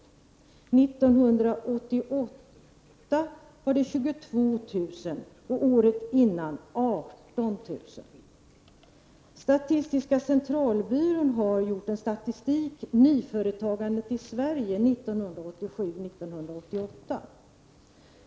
År 1988 startades 22 000, och året dessförinnan startades 18 000. Statistiska centralbyrån har gjort en statistik över nyföretagandet i Sverige 1987-1988.